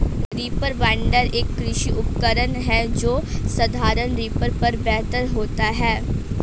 reaper binder, एक कृषि उपकरण है जो साधारण रीपर पर बेहतर होता है